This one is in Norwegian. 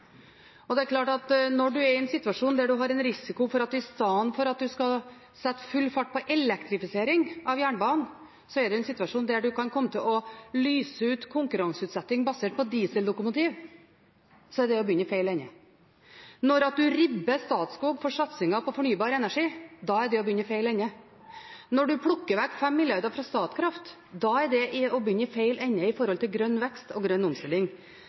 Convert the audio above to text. Det er klart at når en er i en situasjon hvor en har en risiko for at en istedenfor å sette full fart på elektrifisering av jernbanen kan komme til å lyse ut for konkurranseutsetting basert på diesellokomotiv, så er det å begynne i feil ende. Når en ribber Statskog for satsingen på fornybar energi, er det å begynne i feil ende. Når en plukker vekk 5 mrd. kr fra Statkraft, er det å begynne i feil ende i forhold til grønn vekst og grønn omstilling.